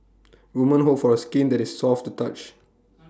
woman hope for A skin that is soft to touch